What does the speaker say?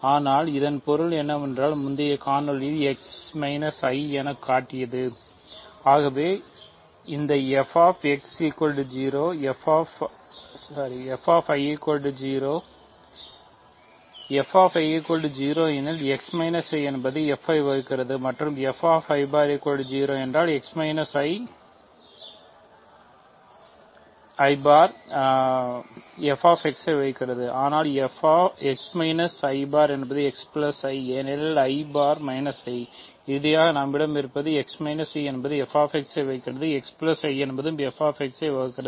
ஆனால் இதன் பொருள் என்னவென்றால் முந்தைய காணொளிவில் x i என காட்டியது ஆகவே இந்தf ஐ வகுக்கிறது